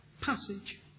passage